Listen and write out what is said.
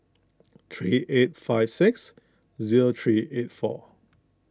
three eight five six zero three eight four